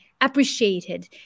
appreciated